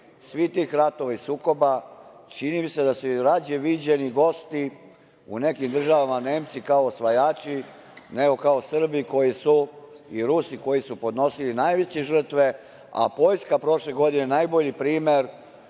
svih tih ratova i sukoba, čini mi se da su rađe viđeni gosti u nekim državama Nemci kao osvajači, nego kao Srbiji koji su i Rusi koji su podnosili najveće žrtve, a Poljska prošle godine najbolji primer